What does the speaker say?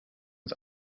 uns